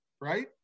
right